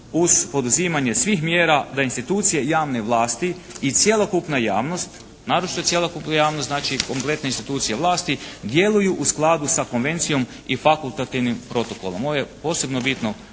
uz poduzimanje svih mjera da institucije javne vlasti i cjelokupna javnost naročito cjelokupna javnost, znači kompletne institucije vlasti djeluju u skladu s konvencijom i fakultativnim protokolom. Ovo je posebno bitno